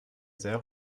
sehr